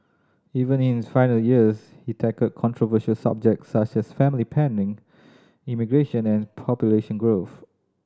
even in his final years he tackled controversial subjects such as family planning immigration and population growth